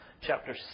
chapter